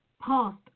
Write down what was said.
past